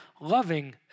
loving